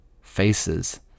faces